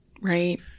right